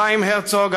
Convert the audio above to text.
חיים הרצוג,